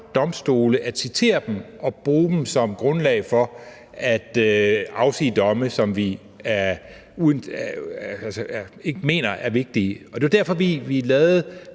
domstole at citere dem og bruge dem som grundlag for at afsige domme, som vi ikke mener er vigtige. Og det var jo derfor, vi lavede